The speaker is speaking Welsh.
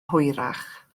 hwyrach